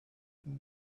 that